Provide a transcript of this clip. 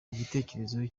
igitekerezo